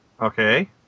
Okay